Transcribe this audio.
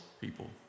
people